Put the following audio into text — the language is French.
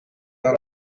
dans